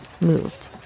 moved